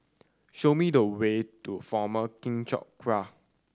show me the way to Former Keng Teck Whay